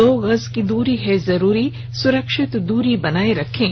दो गज की दूरी है जरूरी सुरक्षित दूरी बनाए रखें